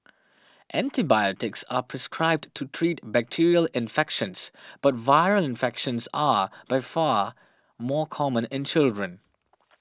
antibiotics are prescribed to treat bacterial infections but viral infections are by far more common in children